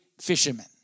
fishermen